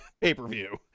pay-per-view